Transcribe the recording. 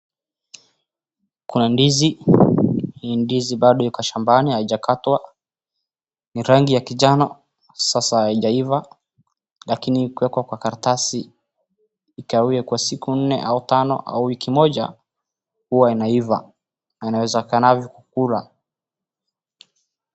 Kuna ndizi, hii ni ndizi bado iko shambani haijakatwa ni rangi ya kijano sasa haijaiva lakini ikiwekwa kwa karatasi ikawie kwa siku nne au tano au wiki moja huwa inaiva na unaweza kaa navyo kukula.